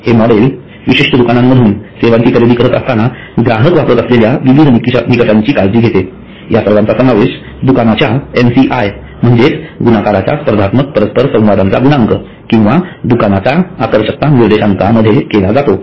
हे मॉडेल विशिष्ठ दुकानांमधून सेवांची खरेदी करत असताना ग्राहक वापरत असलेल्या विविध निकषांची काळजी घेते या सर्वांचा समावेश दुकानाच्या MCI म्हणजेच गुणाकाराच्या स्पर्धात्मक परस्पर संवादाचा गुणांक किंवा दुकानाच्या आकर्षकता निर्देशांक मध्ये केला जातो